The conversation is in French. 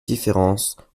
différence